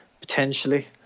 potentially